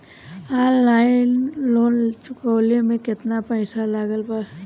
Online loan चुकवले मे केतना पईसा लागत बा?